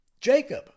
Jacob